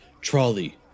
Trolley